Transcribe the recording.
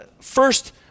first